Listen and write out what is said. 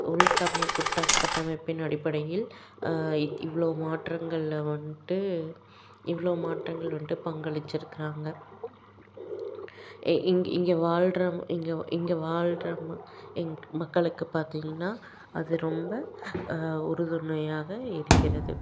உள் கட்டமைப்பின் அடிப்படையில் இவ்வளோ மாற்றங்களை வந்துட்டு இவ்வளோ மாற்றங்கள் வந்துட்டு பங்களிச்சிருக்கிறாங்க இங்கே இங்கே வாழ்ற இங்கே இங்கே வாழ்ற எங்கள் மக்களுக்கு பார்த்தீங்கன்னா அது ரொம்ப உறுதுணையாக இருக்கிறது